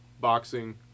boxing